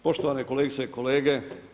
Poštovane kolegice i kolege.